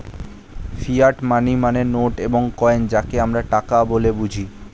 fiat money মানে note এবং coin যাকে আমরা টাকা বলে বুঝি